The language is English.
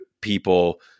people